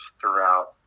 throughout